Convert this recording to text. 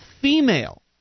female